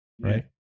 Right